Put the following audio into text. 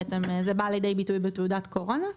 כפי שזה בא לידי ביטוי בתעודת קורונה,